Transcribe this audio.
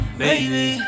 baby